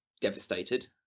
devastated